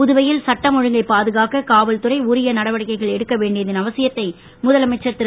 புதுவையில் சட்டம் ஒழுங்கை பாதுகாக்க காவல்துறை உரிய நடவடிக்கைகள் எடுக்க வேண்டியதன் அவசியத்தை முதலமைச்சர் திரு